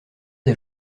des